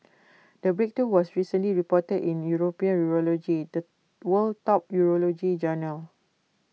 the breakthrough was recently reported in european urology the world top urology journal